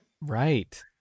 Right